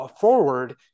forward